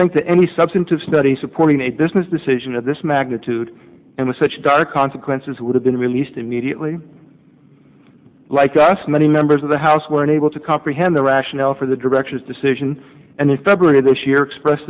think to any substantive study supporting a business decision of this magnitude and with such dire consequences would have been released immediately like us many members of the house were unable to comprehend the rationale for the director's decision and in february this year express